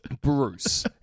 Bruce